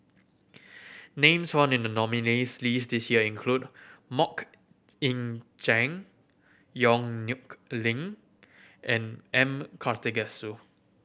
names found in the nominees' list this year include Mok Ying Jang Yong Nyuk Lin and M Karthigesu